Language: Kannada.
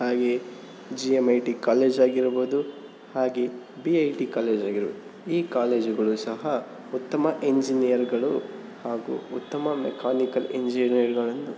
ಹಾಗೆಯೇ G M I T college ಆಗಿರಬಹುದು ಹಾಗೆಯೇ ಬಿ ಐ ಟಿ ಕಾಲೇಜ್ ಆಗಿರಬ ಈ ಕಾಲೇಜುಗಳು ಸಹ ಉತ್ತಮ ಇಂಜಿನಿಯರ್ಗಳು ಹಾಗು ಉತ್ತಮ ಮೆಕಾನಿಕಲ್ ಇಂಜಿನಿಯರ್ಗಳನ್ನು